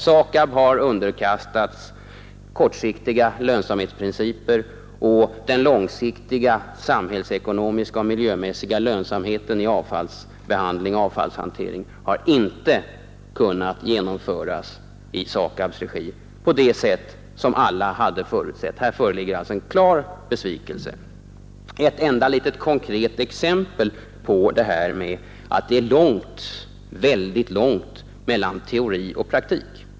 SAKAB har underkastats kortsiktiga lönsamhetsprinciper, och den långsiktiga samhällsekonomiska och miljömässiga lönsamheten i avfallsbehandling och avfallshantering har inte kunnat genomföras i SAKAB:s regi på det sätt som alla hade förutsatt. Här föreligger alltså en klar besvikelse — ett enda litet konkret exempel på att det är långt, mycket långt mellan teori och praktik.